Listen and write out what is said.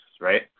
right